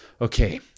okay